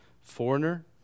foreigner